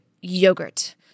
yogurt